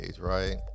right